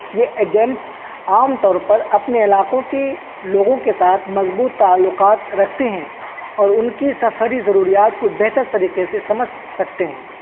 یہ ایجنٹس عام طور پر اپنے علاقوں کی لوگوں کے ساتھ مضبوط تعلقات رکھتے ہیں اور ان کی سفری ضروریات کو بہتر طریقے سے سمجھ سکتے ہیں